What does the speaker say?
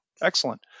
excellent